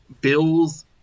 bill's